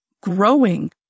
growing